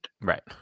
Right